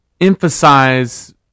emphasize